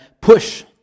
push